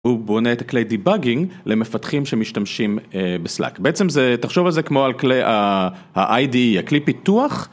הוא בונה את הכלי דיבאגינג למפתחים שמשתמשים בסלאק, בעצם זה, תחשוב על זה כמו על כלי ה-ID, הכלי פיתוח.